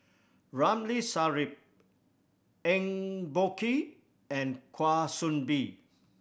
Ramli Sarip Eng Boh Kee and Kwa Soon Bee